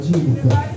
Jesus